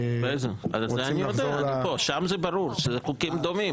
שם זה ברור, שזה חוקים דומים.